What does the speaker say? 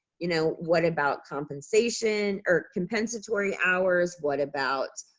you know, what about compensation or compensatory hours? what about,